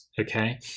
okay